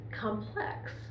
complex